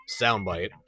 soundbite